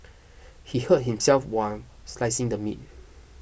he hurt himself while slicing the meat